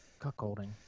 Cuckolding